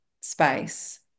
space